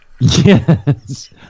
Yes